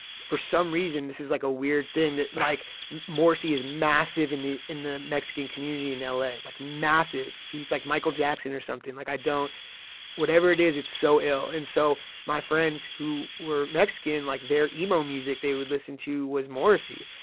for some reason this is like a weird thing like morrissey is massive in the in the mexican community in la, like massive. he's like michael jackson or something. like, i don't whatever it is, it's so ill and so my friends who were mexican, like, their emo music they would listen to was morrissey.